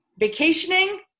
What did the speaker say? vacationing